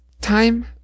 time